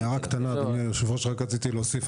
אדוני היושב-ראש, רק רציתי להוסיף.